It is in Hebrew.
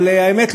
אבל האמת,